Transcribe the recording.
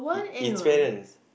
it it's parents